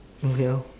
okay lor